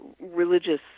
religious